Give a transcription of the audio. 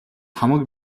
хамаг